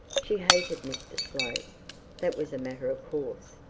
she hated mr slope that was a matter of course,